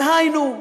דהיינו,